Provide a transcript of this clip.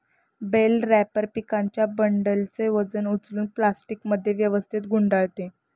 bell wrapper पिकांच्या बंडलचे वजन उचलून प्लास्टिकमध्ये व्यवस्थित गुंडाळते